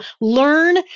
learn